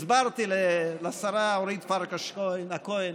הסברתי לשרה אורית פרקש הכהן